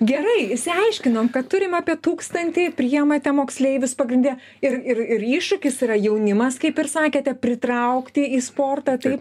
gerai išsiaiškinom kad turim apie tūkstantį priimate moksleivius pagrinde ir ir ir iššūkis yra jaunimas kaip ir sakėte pritraukti į sportą taip